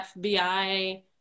FBI